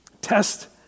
Test